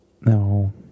No